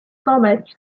stomach